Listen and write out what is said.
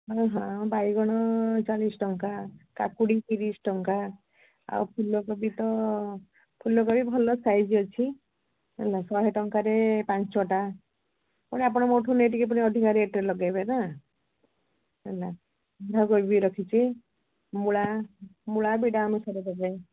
ଆଉ ହଁ ବାଇଗଣ ଚାଳିଶ ଟଙ୍କା କାକୁଡ଼ି ତିରିଶ ଟଙ୍କା ଆଉ ଫୁଲକୋବି ତ ଫୁଲକୋବି ଭଲ ସାଇଜ୍ ଅଛି ହେଲା ଶହେ ଟଙ୍କାରେ ପାଞ୍ଚ ଛଅଟା ପୁଣି ଆପଣ ମୋଠୁ ନେଇ ପୁଣି ଟିକିଏ ଅଧିକା ରେଟ୍ରେ ଲଗେଇବେନା ହେଲା ବନ୍ଧାକୋବି ରଖିଛି ମୂଳା ମୂଳା ବିଡ଼ା ଅନୁସାରେ ଦେବେ